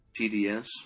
TDS